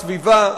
הסביבה,